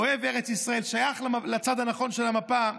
ארץ ישראל, שייך לצד הנכון של המפה.